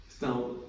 Now